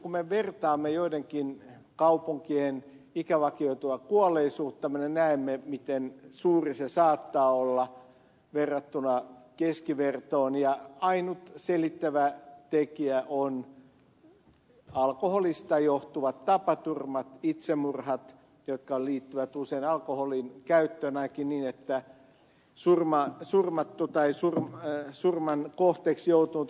kun me vertaamme joidenkin kaupunkien ikävakioitua kuolleisuutta me näemme miten suuri se saattaa olla verrattuna keskivertoon ja ainut selittävä tekijä on alkoholista johtuvat tapaturmat itsemurhat jotka liittyvät usein alkoholinkäyttöön ainakin niin että surmattu tai surman kohteeksi joutunut on ollut alkoholin vaikutuksen alaisena